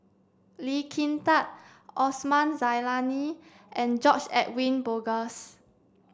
Lee Kin Tat Osman Zailani and George Edwin Bogaars